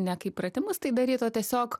ne kaip pratimus tai daryt o tiesiog